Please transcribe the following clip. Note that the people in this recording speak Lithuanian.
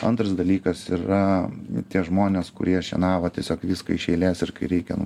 antras dalykas yra tie žmonės kurie šienavo tiesiog viską iš eilės ir kai reikia nu